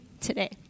today